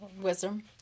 Wisdom